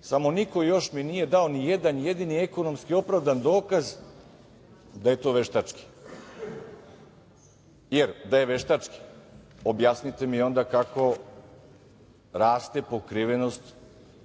Samo niko još mi nije dao nijedan jedini ekonomski opravdan dokaz da je to veštački, jer da je veštački objasnite mi onda kako raste pokrivenost